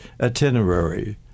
itinerary